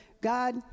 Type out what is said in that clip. God